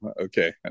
okay